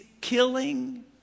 killing